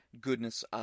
Goodness